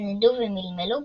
התנדנדו ומלמלו,